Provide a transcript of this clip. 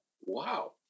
Wow